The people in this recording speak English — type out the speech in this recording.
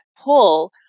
pull